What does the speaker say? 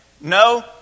No